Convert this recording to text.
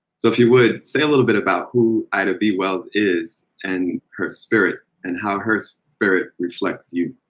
so if you would, say a little bit about who ida b. wells is and her spirit and how her spirit reflects you.